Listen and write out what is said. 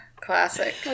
classic